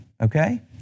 Okay